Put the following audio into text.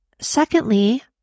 secondly